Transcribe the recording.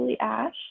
ash